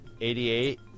88